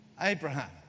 Abraham